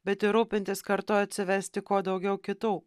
bet rūpintis kartu atsivesti kuo daugiau kitų